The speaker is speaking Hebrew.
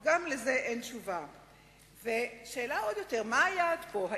יתעשתו, ואולי חלק מהגזירות בחוק